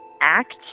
act